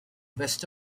west